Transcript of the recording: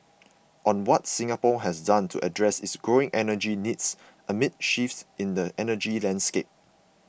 on what Singapore has done to address its growing energy needs amid shifts in the energy landscape